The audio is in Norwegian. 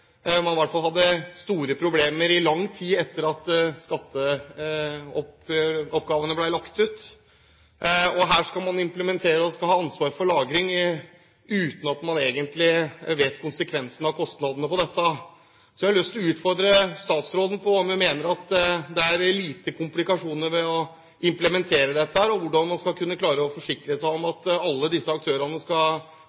man i hvert fall hadde store problemer med i lang tid etter at skatteoppgavene ble lagt ut. Og her skal man implementere og ha ansvaret for lagring, uten at man egentlig vet konsekvensene og kostnadene ved dette. Jeg har lyst til å utfordre statsråden på om hun mener at det er få komplikasjoner ved å implementere dette. Hvordan skal man klare å forsikre seg om at